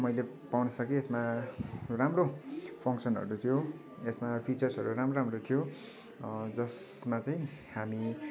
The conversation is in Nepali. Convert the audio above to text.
मैले पाउन सकेँ यसमा राम्रो फङ्कसनहरू थियो यसमा फिचर्सहरू राम्रो राम्रो थियो जसमा चाहिँ हामी